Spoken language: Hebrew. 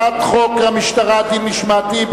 חוק המשטרה (דין משמעתי,